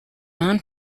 non